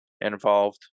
involved